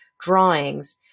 drawings